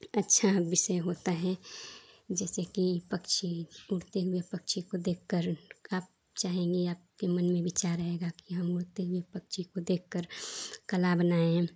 एक अच्छा विषय होता है जैसे कि पक्षी उड़ते हुए पक्षी को देखकर आप चाहेंगे आप आपके मन में विचार आएगा कि हम उड़ते हुए पक्षी को देखकर कला बनाएंगे